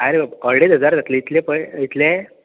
आरे बाबा अडेज हजार जातलो इतले पळय इतले